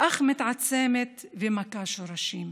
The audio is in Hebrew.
אך מתעצמת ומכה שורשים.